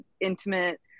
intimate